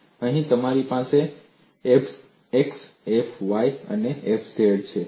અને અહીં તમારી પાસે F x F y અને F z છે